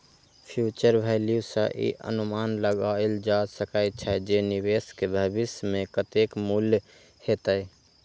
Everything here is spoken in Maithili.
फ्यूचर वैल्यू सं ई अनुमान लगाएल जा सकै छै, जे निवेश के भविष्य मे कतेक मूल्य हेतै